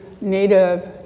native